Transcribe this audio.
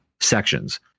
sections